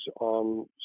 on